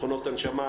מכונות הנשמה,